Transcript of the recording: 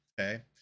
okay